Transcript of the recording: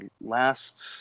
Last